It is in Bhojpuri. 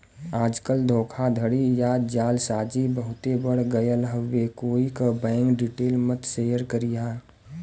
आजकल धोखाधड़ी या जालसाजी बहुते बढ़ गयल हउवे कोई क बैंक डिटेल मत शेयर करिहा